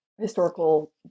historical